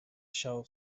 siał